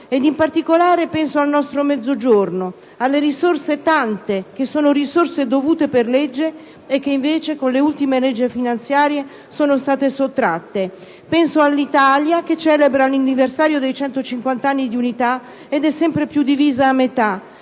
non lo trova. Penso al nostro Mezzogiorno e alle tante risorse che sarebbero dovute per legge e che invece, con le ultime leggi finanziarie, sono state sottratte. Penso all'Italia, che celebra l'anniversario dei 150 anni di unità ed è sempre più divisa a metà.